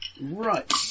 Right